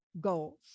goals